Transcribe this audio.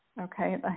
okay